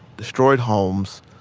destroyed homes,